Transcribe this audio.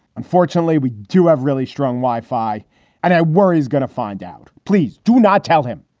unfortunately, we do have really strong wi-fi and i worry he's gonna find out. please do not tell him.